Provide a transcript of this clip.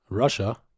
Russia